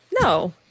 no